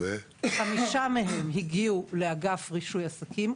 חמישה מהם הגיעו לאגף רישוי עסקים,